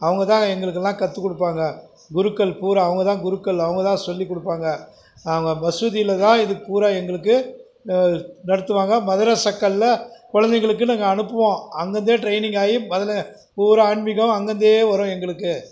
அவங்க தான் எங்களுக்கெலாம் கத்துக்கொடுப்பாங்க குருக்கள் பூராக அவங்கதான் குருக்கள் அவங்க தான் சொல்லிக் கொடுப்பாங்க அவங்க மசூதியில தான் இது பூராக எங்களுக்கு நடத்துவாங்கள் மதராசக்கள்ல குலந்தைகளுக்கு நாங்கள் அனுப்புவோம் அங்கேருந்தே ட்ரெய்னிங் ஆகி அதிலே பூராக ஆன்மீகம் அங்கேருந்தே வரும் எங்களுக்கு